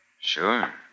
Sure